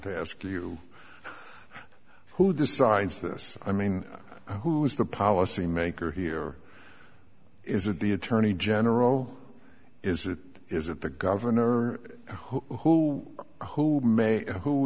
to ask you who decides this i mean who is the policy maker here is it the attorney general is it is it the governor who who may who